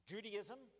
Judaism